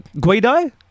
Guido